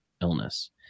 illness